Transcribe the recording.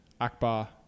Akbar